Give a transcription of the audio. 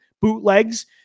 bootlegs